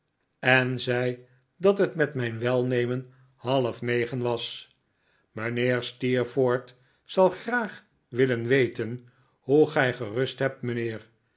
en zei dat het met mijn welnemen half negen was mijnheer steerforth zal graag willen weten hoe gij gerust hebt mijnheer